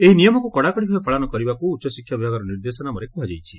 ଏହି ନିୟମକୁ କଡ଼ାକଡ଼ି ଭାବେ ପାଳନ କରିବାକୁ ଉଚ୍ଚଶିକ୍ଷା ବିଭାଗର ନିର୍ଦ୍ଦେଶନାମାରେ କୁହାଯାଇଛି